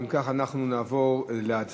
אם כך, אנחנו נעבור להצבעה.